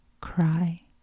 cry